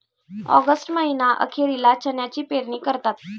August महीना अखेरीला चण्याची पेरणी करतात